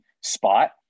spot